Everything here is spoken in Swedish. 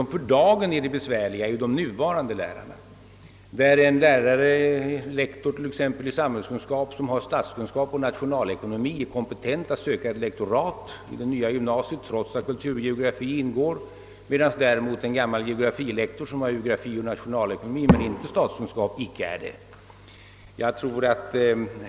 Det är de nuvarande lärarna som utgör det för dagen besvärliga problemet. En lektor i samhällskunskap, som i sin examen har statskunskap och nationalekonomi, är kompetent att söka ett lektorat i det nya gymnasiet, trots att kulturgeografi ingår i ämnet samhällskunskap, medan däremot en gammal geografilektor, som i sin examen har geografi och nationalekonomi men inte statskunskap, inte är kompetent att göra det.